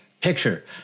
picture